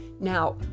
Now